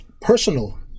personal